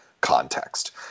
context